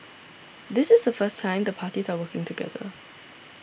this is the first time the parties are working together